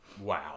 Wow